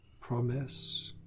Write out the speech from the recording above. promise